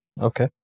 okay